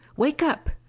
wake up.